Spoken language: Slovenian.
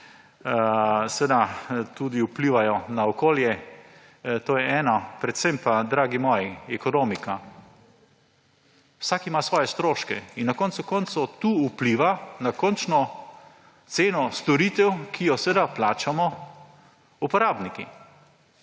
seveda tudi vplivajo na okolje. To je eno, predvsem pa, dragi moji, ekonomika. Vsak ima svoje stroške in na koncu koncev tukaj vpliva na končno ceno storitev, ki jo seveda plačamo uporabniki.